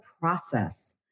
process